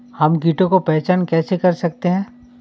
हम कीटों की पहचान कैसे कर सकते हैं?